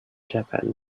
japan